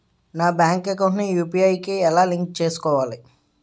నా bank account ని UPI కి ఎలా లింక్ చేసుకోవాలి?